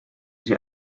sich